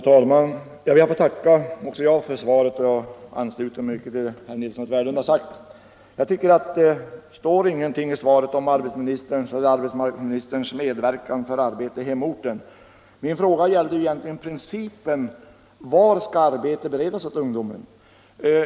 Herr talman! Också jag ber att få tacka för svaret. Jag ansluter mig till det som herr Nilsson i Tvärålund har anfört. Det står ingenting i svaret om arbetsmarknadsministerns medverkan för att bereda arbete åt människor i hemorten. Min fråga gällde egentligen principen om var arbete skall beredas åt ungdomen.